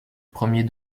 premier